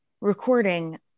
recording